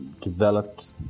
developed